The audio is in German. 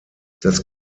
das